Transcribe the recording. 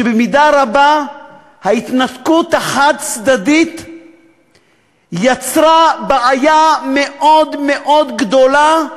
שבמידה רבה ההתנתקות החד-צדדית יצרה בעיה מאוד מאוד גדולה.